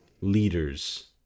leaders